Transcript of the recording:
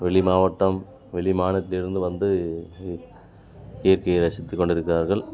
வெளி மாவட்டம் வெளி மாநிலத்தில் இருந்து வந்து இ இயற்கையை ரசித்துக் கொண்டிருக்கிறார்கள்